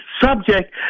subject